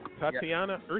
Tatiana